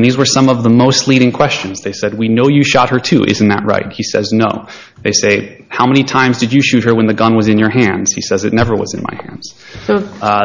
and these were some of the most leading questions they said we know you shot her too isn't that right he says no they say how many times did you shoot her when the gun was in your hands he says it never was in my arms so